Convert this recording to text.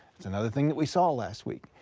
that's another thing we saw last week.